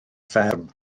fferm